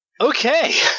Okay